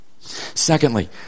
secondly